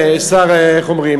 איך אומרים?